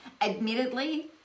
Admittedly